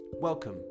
Welcome